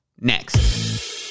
next